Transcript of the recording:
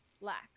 lacks